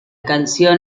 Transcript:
canción